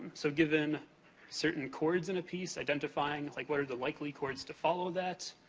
so, given certain chords in a piece, identifying like what are the likely chords to follow that?